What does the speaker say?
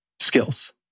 skills